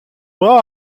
bras